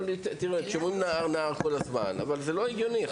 אומרים נער, נער כל הזמן זה לא הגיוני.